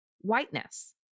whiteness